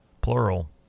plural